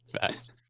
Fact